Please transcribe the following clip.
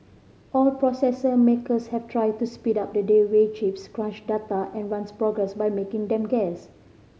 all processor makers have tried to speed up the day way chips crunch data and runs programs by making them guess